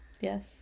Yes